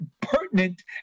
pertinent